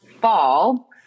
fall